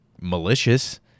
malicious